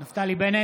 (קורא בשמות חברי הכנסת) נפתלי בנט,